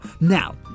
Now